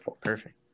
perfect